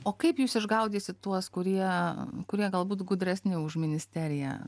o kaip jūs išgaudysite tuos kurie kurie galbūt gudresni už ministeriją